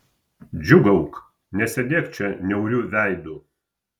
džiūgauk nesėdėk čia niauriu veidu